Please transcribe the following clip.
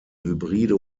hybride